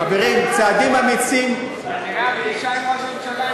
כנראה הפגישה עם ראש הממשלה,